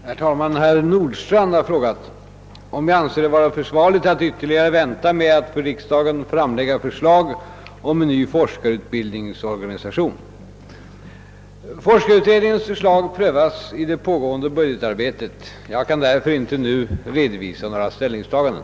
Herr talman! Herr Nordstrandh har frågat, om jag anser det vara försvarligt att ytterligare vänta med att för riksdagen framlägga förslag om en ny forskarutbildningsorganisation. Forskarutredningens förslag prövas i det pågående budgetarbetet. Jag kan därför inte nu redovisa några ställningstaganden.